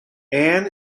ann